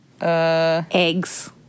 eggs